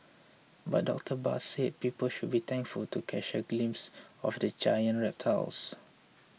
but Doctor Barr said people should be thankful to catch a glimpse of the giant reptiles